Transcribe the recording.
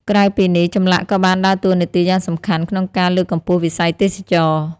ក្រៅពីនេះ ចម្លាក់ក៏បានដើរតួនាទីយ៉ាងសំខាន់ក្នុងការលើកកម្ពស់វិស័យទេសចរណ៍។